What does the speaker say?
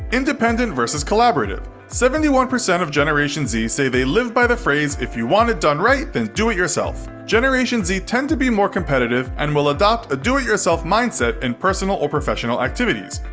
independent vs collaborative seventy one percent of generation z say they live by the phrase if you want it done right, then do it yourself. generation z tend to be more competitive and will adopt a do it yourself mindset in personal or professional activities.